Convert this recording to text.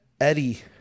Eddie